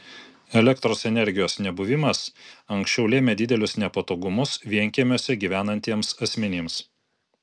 elektros energijos nebuvimas anksčiau lėmė didelius nepatogumus vienkiemiuose gyvenantiems asmenims